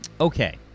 Okay